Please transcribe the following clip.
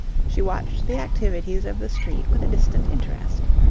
she watched the activities of the street with a distant interest.